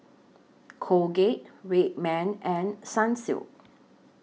Colgate Red Man and Sunsilk